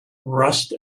rust